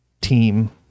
team